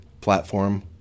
platform